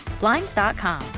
Blinds.com